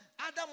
Adam